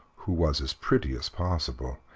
who was as pretty as possible,